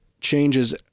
changes